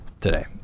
today